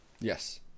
yes